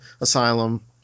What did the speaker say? asylum